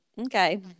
okay